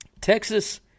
Texas